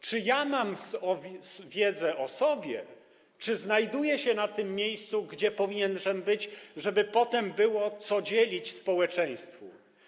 Czy ja mam wiedzę o sobie, czy znajduję się na tym miejscu, gdzie powinienem być, żeby potem było co dzielić w społeczeństwie?